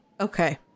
Okay